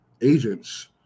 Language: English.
agents